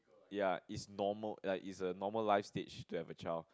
ya it's normal it's a normal life stage to have a child